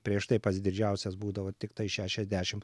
prieš tai pats didžiausias būdavo tiktai šešiasdešim